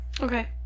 Okay